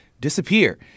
disappear